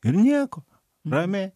ir nieko ramiai